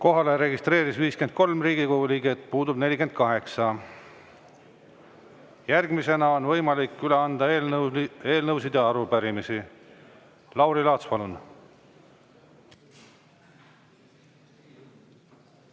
Kohalolijaks registreerus 53 Riigikogu liiget, puudub 48. Järgmisena on võimalik üle anda eelnõusid ja arupärimisi. Lauri Laats, palun!